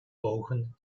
ogen